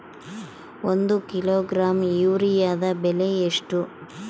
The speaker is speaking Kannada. ಒಂದು ಕಿಲೋಗ್ರಾಂ ಯೂರಿಯಾದ ಬೆಲೆ ಎಷ್ಟು?